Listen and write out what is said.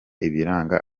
ibiranga